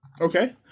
Okay